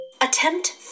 Attempt